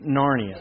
Narnia